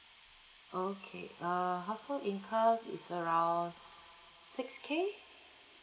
okay uh household income is around six K